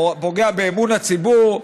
פוגע באמון הציבור.